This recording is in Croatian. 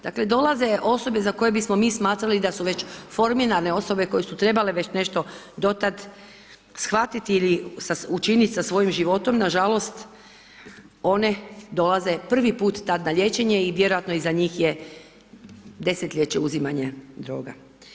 Dakle dolaze osobe za koje bismo mi smatrali da su već formirane osobe koje su trebale već nešto do tada shvatiti ili učiniti sa svojim životom, nažalost one dolaze prvi put tad na liječenje i vjerojatno iza njih je desetljeće uzimanja droga.